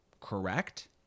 correct